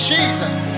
Jesus